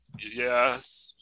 yes